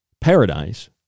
paradise